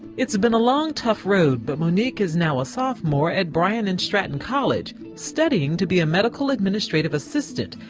it's been a long tough road, but monique is now a sophomore at brian and stratton college, studying to be a medical administrative assistant,